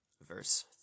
verse